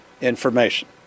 information